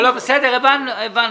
משרד הבריאות,